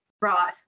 Right